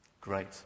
Great